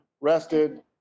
rested